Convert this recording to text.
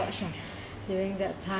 during that time